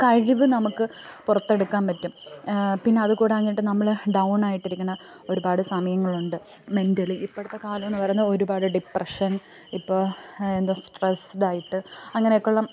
കഴിവ് നമുക്ക് പുറത്തെടുക്കാൻ പറ്റും പിന്നെ അത് കൂടാഞ്ഞിട്ട് നമ്മൾ ഡൗൺ ആയിട്ട് ഇരിക്കുന്ന ഒരുപാട് സമയങ്ങളുണ്ട് മെൻറലി ഇപ്പോഴത്തെ കാലമെന്ന് പറയുന്നത് ഒരുപാട് ഡിപ്രെഷൻ ഇപ്പോൾ എന്താണ് സ്ട്രെസ്ഡ് ആയിട്ട് അങ്ങനെയൊക്കെ ഉള്ള